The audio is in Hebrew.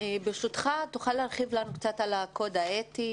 ברשותך, תוכל להרחיב לנו קצת על הקוד האתי?